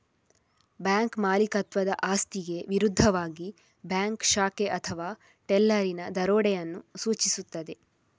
bank ಮಾಲೀಕತ್ವದ ಆಸ್ತಿಗೆ ವಿರುದ್ಧವಾಗಿ ಬ್ಯಾಂಕ್ ಶಾಖೆ ಅಥವಾ ಟೆಲ್ಲರಿನ ದರೋಡೆಯನ್ನು ಸೂಚಿಸುತ್ತದೆ